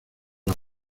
las